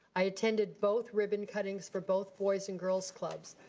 i attended both ribbon cuttings for both boys and girls clubs.